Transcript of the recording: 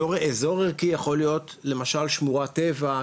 אזור ערכי יכול להיות למשל שמורת טבע,